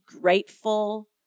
grateful